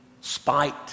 spite